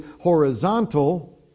horizontal